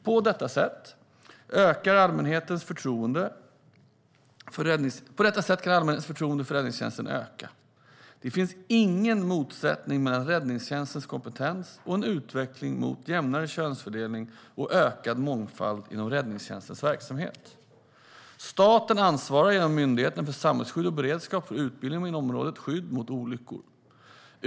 På detta sätt kan allmänhetens förtroende för räddningstjänsten öka. Det finns ingen motsättning mellan räddningstjänstens kompetens och en utveckling mot en jämnare könsfördelning och ökad mångfald inom räddningstjänstens verksamhet. Staten ansvarar genom Myndigheten för samhällsskydd och beredskap för utbildning inom området skydd mot olyckor.